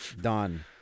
Done